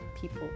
people